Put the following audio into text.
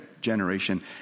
generation